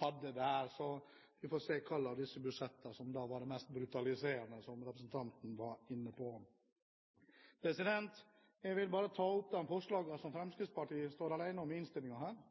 hadde der. Så vi får se hvilke av disse budsjettene som var det mest brutaliserende, som representanten var inne på. Jeg vil ta opp de forslagene som Fremskrittspartiet står alene om i